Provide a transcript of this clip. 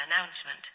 announcement